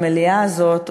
המליאה הזאת,